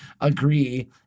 agree